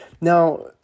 Now